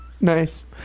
nice